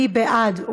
מי בעד?